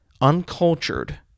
uncultured